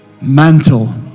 Mantle